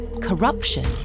corruption